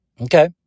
Okay